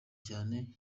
cyane